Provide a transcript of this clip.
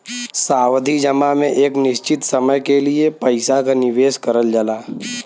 सावधि जमा में एक निश्चित समय के लिए पइसा क निवेश करल जाला